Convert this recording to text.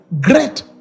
great